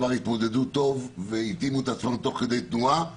והתמודדו טוב והתאימו את עצמם תוך כדי תנועה.